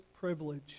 privilege